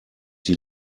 die